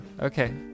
Okay